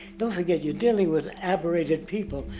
don't forget you're dealing with aberrated people.